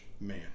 man